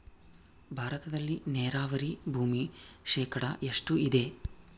ಭಾರತದಲ್ಲಿ ನೇರಾವರಿ ಭೂಮಿ ಶೇಕಡ ಎಷ್ಟು ಇದೆ?